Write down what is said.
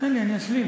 תן לי, אני אשלים.